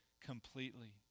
completely